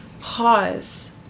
Pause